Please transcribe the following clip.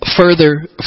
further